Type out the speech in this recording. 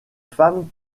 femmes